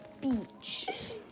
beach